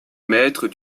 maître